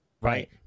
Right